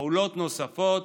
פעולות נוספות,